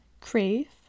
Crave